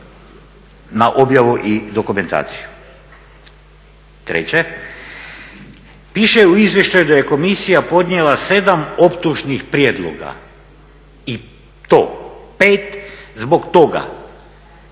na objavu i dokumentaciju. Treće, piše u izvještaju da je komisija podnijela 7 optužnih prijedloga i to 5 zbog toga